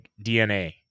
DNA